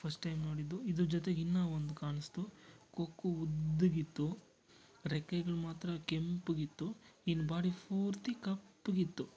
first time ನೋಡಿದ್ದು ಇದ್ರ ಜೊತೆಗೆ ಇನ್ನು ಒಂದು ಕಾಣಿಸ್ತು ಕೊಕ್ಕು ಉದ್ದಗಿತ್ತು ರೆಕ್ಕೆಗಳು ಮಾತ್ರ ಕೆಂಪಗಿತ್ತು ಇನ್ನು ಬಾಡಿ ಫೂರ್ತಿ ಕಪ್ಪಗಿತ್ತು